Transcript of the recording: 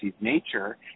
nature